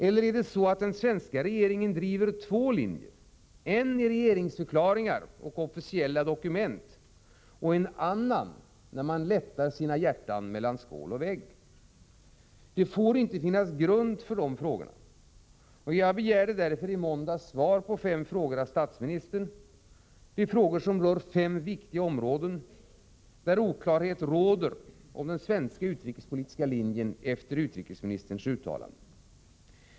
Eller är det så, att den svenska regeringen driver två linjer — en i regeringsförklaringar och officiella dokument och en annan, när man lättar sina hjärtan mellan skål och vägg? Det får inte finnas grund för dessa frågor. Jag begärde därför i måndags svar av statsministern på fem frågor. Det är frågor som rör fem viktiga områden, där efter utrikesministerns uttalanden oklarhet råder om den svenska utrikespolitiska linjen.